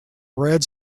red